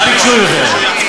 מה ביקשו מכם?